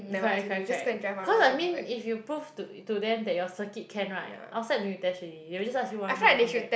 correct correct correct cause I mean if you prove to to them that your circuit can right outside don't need test already they will just ask you to one round come back